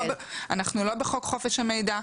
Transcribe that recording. אנחנו לא בחוק חופש המידע.